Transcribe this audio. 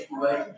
Right